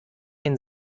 den